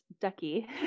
Ducky